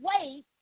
wait